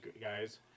guys